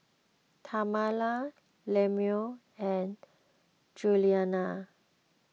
Tamala Lemuel and Juliana